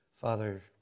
Father